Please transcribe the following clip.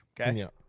okay